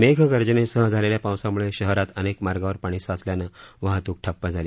मेघगर्जनेसह झालेल्या पावसामुळे शहरात अनेक मार्गांवर पाणी साचल्यानं वाहतूक ठप्प झाली